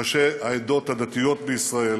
ראשי העדות הדתיות בישראל,